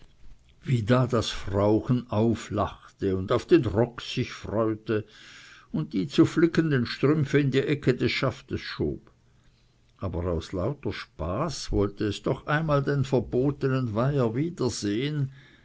wie da das frauchen auflachte und auf den rock sich freute und die zu flickenden strümpfe in die ecke des schaftes schob aber aus lauter spaß wollte es doch einmal den verbotenen weiher wiedersehen